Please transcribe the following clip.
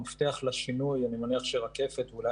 המפתח לשינוי אני מניח שרקפת ואולי